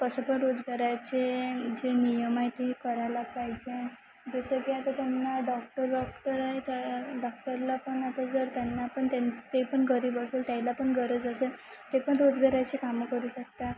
कसं पण रोजगाराचे जे नियम आहे ते करायला पाहिजे जसं की आता त्यांना डॉक्टर वॉक्टर आहे त्या डॉक्टरला पण आता जर त्यांना पण त्यां ते पण गरीब असेल त्याला पण गरज असेल ते पण रोजगाराचे कामं करू शकतात